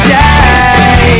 day